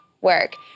work